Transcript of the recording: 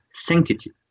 sanctity